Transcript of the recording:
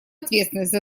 ответственность